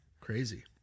Crazy